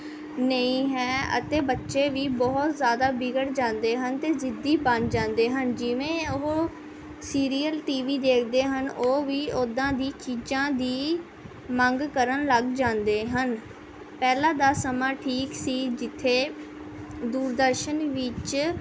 ਨਹੀਂ ਹੈ ਅਤੇ ਬੱਚੇ ਵੀ ਬਹੁਤ ਜ਼ਿਆਦਾ ਵਿਗੜ ਜਾਂਦੇ ਹਨ ਅਤੇ ਜ਼ਿੱਦੀ ਬਣ ਜਾਂਦੇ ਹਨ ਜਿਵੇਂ ਉਹ ਸੀਰੀਅਲ ਟੀਵੀ ਦੇਖਦੇ ਹਨ ਉਹ ਵੀ ਓਦਾਂ ਦੀ ਚੀਜ਼ਾਂ ਦੀ ਮੰਗ ਕਰਨ ਲੱਗ ਜਾਂਦੇ ਹਨ ਪਹਿਲਾਂ ਦਾ ਸਮਾਂ ਠੀਕ ਸੀ ਜਿੱਥੇ ਦੂਰਦਰਸ਼ਨ ਵਿੱਚ